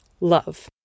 love